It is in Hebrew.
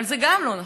אבל זה גם לא נכון.